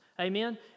Amen